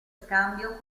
scambio